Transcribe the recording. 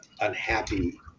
unhappy